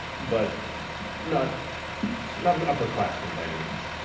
but not not an upperclassman by any means.